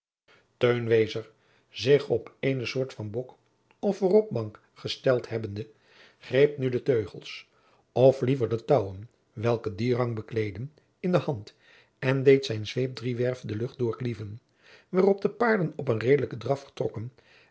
zich op eene soort van bok of vooropbank gesteld hebbende greep nu de teugels of liever de touwen welke dien rang bekleedden in de hand en deed zijn zweep driewerf de lucht doorklieven waarop de paarden op een redelijken draf vertrokken